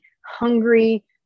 hungry